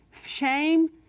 Shame